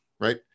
right